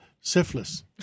syphilis